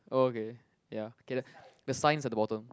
oh okay ya okay the signs at the bottom